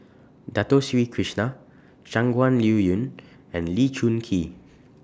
Dato Sri Krishna Shangguan Liuyun and Lee Choon Kee